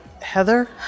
Heather